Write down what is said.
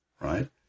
Right